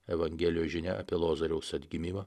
evangelijos žinia apie lozoriaus atgimimą